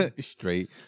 straight